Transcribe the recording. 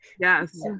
Yes